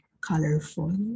colorful